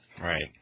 Right